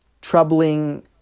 troubling